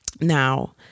Now